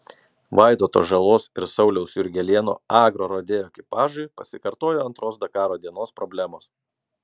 vaidoto žalos ir sauliaus jurgelėno agrorodeo ekipažui pasikartojo antros dakaro dienos problemos